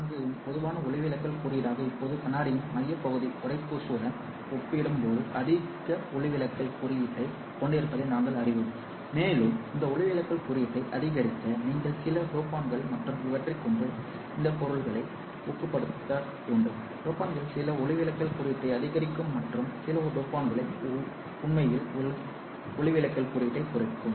44 இன் பொதுவான ஒளிவிலகல் குறியீடாக இப்போது கண்ணாடியின் மையப் பகுதி உறைப்பூச்சுடன் ஒப்பிடும்போது அதிக ஒளிவிலகல் குறியீட்டைக் கொண்டிருப்பதை நாங்கள் அறிவோம் மேலும் இந்த ஒளிவிலகல் குறியீட்டை அதிகரிக்க நீங்கள் சில டோபண்டுகள் மற்றும் இவற்றைக் கொண்டு இந்த பொருளை ஊக்கப்படுத்த வேண்டும் டோபன்ட்கள் சில ஒளிவிலகல் குறியீட்டை அதிகரிக்கும் மற்றும் சில டோபண்டுகள் உண்மையில் ஒளிவிலகல் குறியீட்டைக் குறைக்கும்